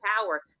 power